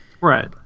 Right